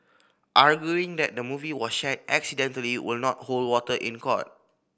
arguing that the movie was shared accidentally will not hold water in court